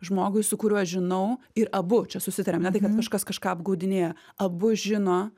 žmogui su kuriuo žinau ir abu čia susitariam ne tai kad kažkas kažką apgaudinėja abu žino